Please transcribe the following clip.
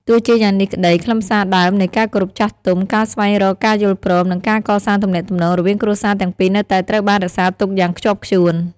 ទោះជាយ៉ាងនេះក្តី ខ្លឹមសារដើមនៃ ការគោរពចាស់ទុំ ការស្វែងរកការយល់ព្រម និងការកសាងទំនាក់ទំនងរវាងគ្រួសារទាំងពីរនៅតែត្រូវបានរក្សាទុកយ៉ាងខ្ជាប់ខ្ជួន។